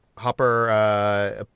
Hopper